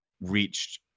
reached